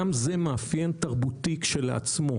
גם זה מאפיין תרבותי כשלעצמו.